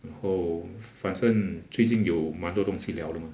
然后反正最近有蛮多东西聊的 mah